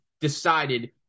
decided